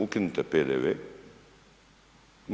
Ukinite PDV-e.